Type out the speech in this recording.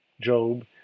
Job